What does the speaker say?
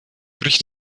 bricht